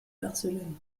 barcelone